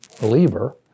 believer